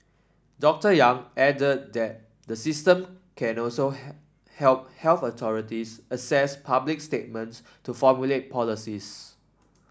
Doctor Yang added that the system can also help health authorities assess public sentiment to formulate policies